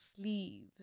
sleeves